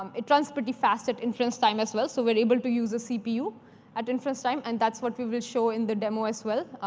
um it runs pretty fast at inference time as well, so we're available to use a cpu at inference time, and that's what we will show in the demo as well,